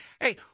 hey